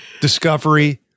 discovery